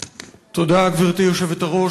גברתי היושבת-ראש,